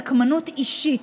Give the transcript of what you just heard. נקמנות אישית,